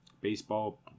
baseball